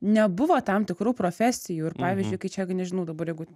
nebuvo tam tikrų profesijų ir pavyzdžiui kai čia nežinau dabar jeigu